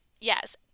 Yes